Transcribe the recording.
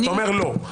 אתה אומר: לא.